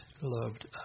loved